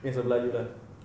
yang sebelah you lah